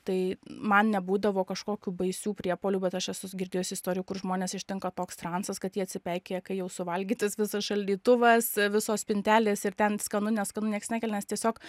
tai man nebūdavo kažkokių baisių priepuolių bet aš esu girdėjus istorijų kur žmones ištinka toks transas kad jie atsipeikėja kai jau suvalgytas visas šaldytuvas visos spintelės ir ten skanu neskanu nieks nekelia nes tiesiog